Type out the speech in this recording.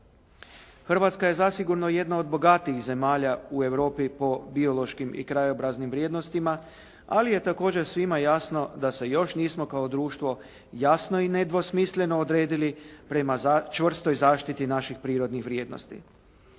Hrvatska je zasigurno jedna od bogatijih zemalja u Europi po biološkim i krajobraznim vrijednostima, ali je također svima jasno da se još nismo kao društvo jasno i nedvosmisleno odredili prema čvrstoj zaštiti naših prirodnih vrijednosti.